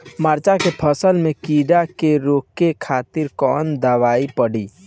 मिर्च के फसल में कीड़ा के रोके खातिर कौन दवाई पड़ी?